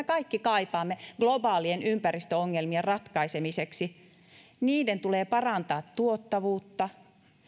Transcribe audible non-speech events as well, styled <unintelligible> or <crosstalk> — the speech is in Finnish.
<unintelligible> kaikki kaipaamme globaalien ympäristöongelmien ratkaisemiseksi tulee parantaa tuottavuutta